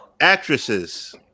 actresses